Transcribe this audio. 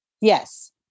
yes